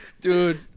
Dude